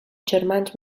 germans